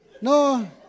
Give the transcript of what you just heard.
No